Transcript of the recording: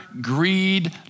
greed